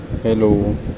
Hello